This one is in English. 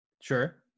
Sure